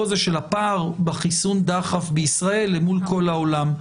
הזה של הפער בחיסון דחף בישראל למול כל העולם.